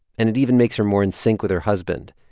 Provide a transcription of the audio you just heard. and it even makes her more in sync with her husband.